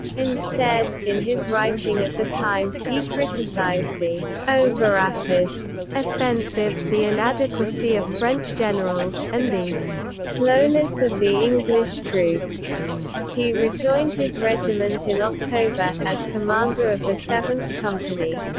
instead, in his writing at the time, he criticised the overrapid offensive, the inadequacy of french generals, and the slowness of the english troops he rejoined his regiment in october, as commander of the seventh company.